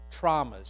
traumas